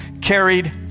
carried